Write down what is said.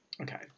Okay